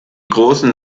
großen